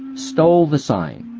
stole the sign.